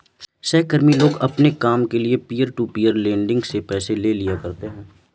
सहकर्मी लोग अपने काम के लिये पीयर टू पीयर लेंडिंग से पैसे ले लिया करते है